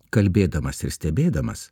kalbėdamas ir stebėdamas